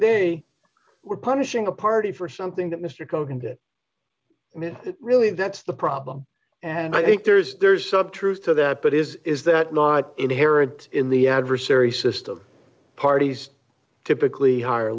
day we're punishing a party for something that mr condit really that's the problem and i think there's there's sub truth to that but is that not inherent in the adversary system parties typically hire